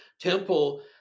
temple